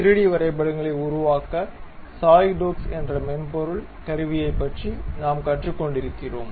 3 D வரைபடங்களை உருவாக்க SolidWorks என்ற மென்பொருள் கருவியைப் பற்றி நாம் கற்றுக் கொண்டிருக்கிறோம்